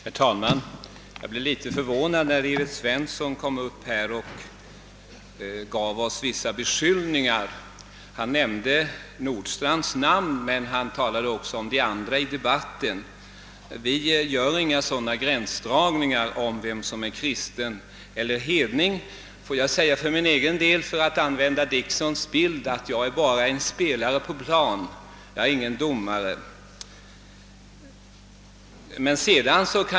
Herr talman! Jag blev litet förvånad när herr Svensson i Kungälv riktade vissa beskyllningar mot oss — han nämnde herr Nordstrandhs namn men talade även om andra som yttrat sig i debatten. Vi gör inga gränsdragningar mellan kristna och hedningar. Jag kan säga om mig själv — för att använda herr Dicksons bild — att jag är bara en spelare på plan, jag är ingen domare.